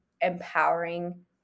empowering